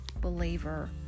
believer